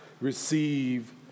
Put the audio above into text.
receive